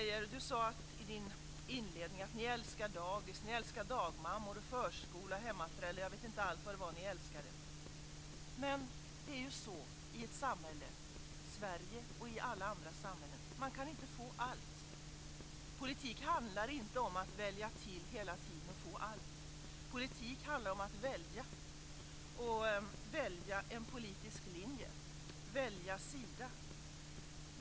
Maria Larsson sade i sin inledning att ni älskar dagis, ni älskar dagmammor, förskola, hemmaföräldrar och jag vet inte allt vad det var som ni älskar. Men i ett samhälle - i Sverige och i alla andra samhällen - så kan man inte få allt. Politik handlar inte om att hela tiden välja till och få allt. Politik handlar om att välja och att välja en politisk linje - att välja sida.